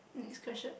next question